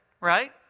right